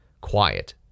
quiet